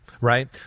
right